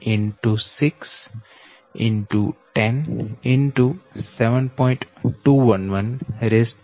211 X 6 X 10 X 7